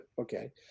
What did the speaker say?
okay